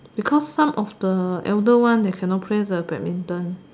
because some of the elder one that cannot play the badminton